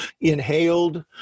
inhaled